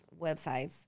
websites